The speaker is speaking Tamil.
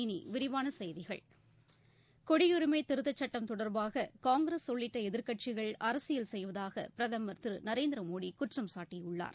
இனி விரிவான செய்திகள் குடியுரிமை திருத்தச் சுட்டம் தொடர்பாக காங்கிரஸ் உள்ளிட்ட எதிர்க்கட்சிகள் அரசியல் செய்வதாக பிரதமர் திரு நரேந்திர மோடி குற்றம் சாட்டியுள்ளார்